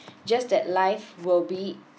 just that life will be